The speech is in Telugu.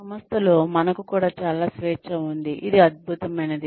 ఈ సంస్థలో మనకు కూడా చాలా స్వేచ్ఛ ఉంది ఇది అద్భుతమైనది